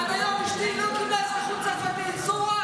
ועד היום אשתי לא קיבלה אזרחות צרפתית.